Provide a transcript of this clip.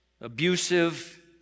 abusive